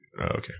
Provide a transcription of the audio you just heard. Okay